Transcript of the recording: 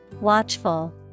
Watchful